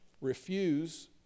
refuse